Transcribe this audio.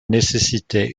nécessitait